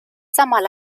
samal